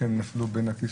שהם נפלו בין הכיסאות.